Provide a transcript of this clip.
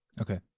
Okay